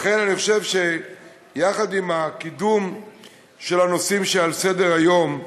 לכן אני חושב שיחד עם הקידום של הנושאים שעל סדר-היום,